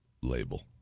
label